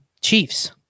Chiefs